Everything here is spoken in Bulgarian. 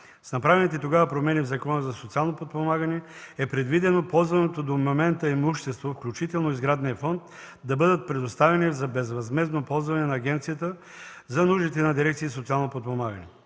С направените тогава промени в Закона за социално подпомагане е предвидено ползването до момента имущество, включително и сградния фонд да бъдат предоставени за безвъзмездно ползване на агенцията за нуждите на дирекции „Социално подпомагане”.